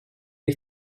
ich